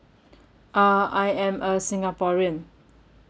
uh I am a singaporean